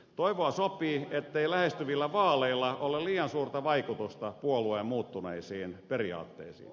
toivoa sopii ettei lähestyvillä vaaleilla ole liian suurta vaikutusta puolueen muuttuneisiin periaatteisiin